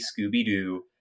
Scooby-Doo